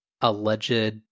alleged